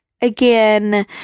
again